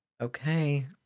Okay